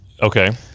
Okay